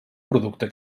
producte